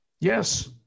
Yes